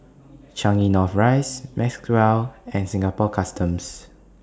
Changi North Rise Maxwell and Singapore Customs